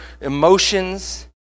emotions